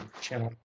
Channel